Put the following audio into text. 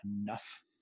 enough